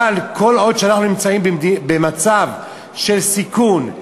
אבל כל עוד אנחנו נמצאים במצב של סיכון,